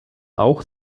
auch